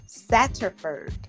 satterford